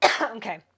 Okay